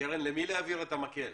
למי להעביר את המקל?